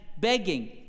begging